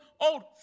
old